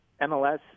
MLS